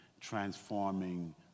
transforming